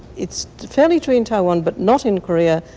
it's fairly true in taiwan, but not in korea,